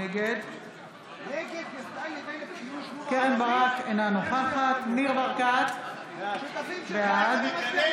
נגד קרן ברק, אינה נוכחת ניר ברקת, בעד מאי